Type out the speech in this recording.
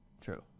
True